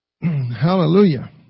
Hallelujah